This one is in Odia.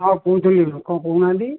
ହଁ କହୁଥିଲି କ'ଣ କହୁନାହାନ୍ତି